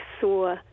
saw